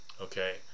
Okay